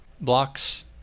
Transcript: blocks